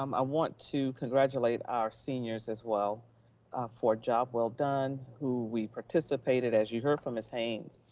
um i want to congratulate our seniors as well for job well done, who we participated as you heard from ms. haynes,